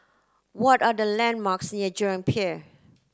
what are the landmarks near Jurong Pier